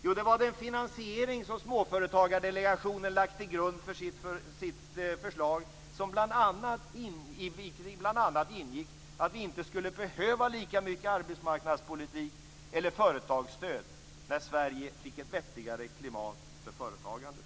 Jo, den finansiering som Småföretagardelegationen lagt till grund för sitt förslag, i vilket bl.a. ingick att vi inte skulle behöva lika mycket arbetsmarknadspolitik eller företagsstöd när Sverige fick ett vettigare klimat för företagandet.